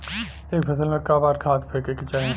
एक फसल में क बार खाद फेके के चाही?